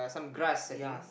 some grass I think